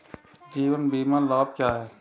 जीवन बीमा लाभ क्या हैं?